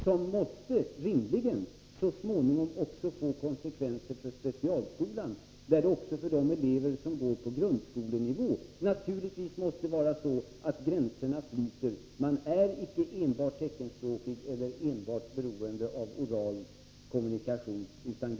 Den måste rimligen så småningom få konsekvenser för specialskolan, där det också för de elever som är på grundskolenivå naturligtvis är så att gränserna flyter: man är icke enbart teckenspråkig eller enbart beroende av oral kommunikation.